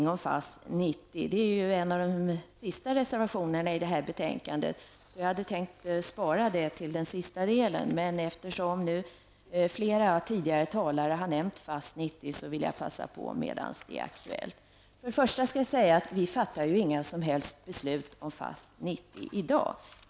Detta tas upp i en av de sista reservationerna, reservation 84, i detta betänkande. Jag hade därför tänkt ta upp detta vid debatten om den sista avdelningen i detta betänkande. Men eftersom flera talare redan har nämnt FAS 90 vill jag passa på att ta upp detta nu när det är aktuellt. Jag vill först säga att vi i dag inte skall fatta beslut om FAS 90.